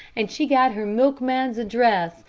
and she got her milkman's address,